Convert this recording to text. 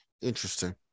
interesting